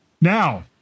Now